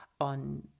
on